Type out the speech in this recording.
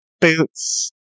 boots